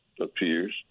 appears